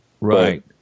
right